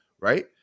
Right